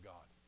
God